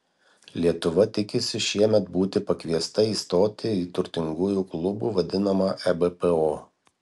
lietuva tikisi šiemet būti pakviesta įstoti į turtingųjų klubu vadinamą ebpo